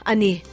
Ani